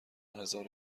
هزارو